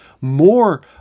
more